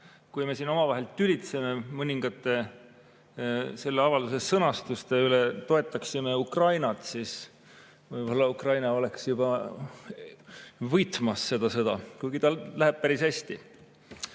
nagu me siin omavahel tülitseme mõningate selle avalduse sõnastuste üle, toetaksime Ukrainat, siis võib-olla Ukraina oleks juba võitmas seda sõda. Kuigi tal läheb päris hästi.Me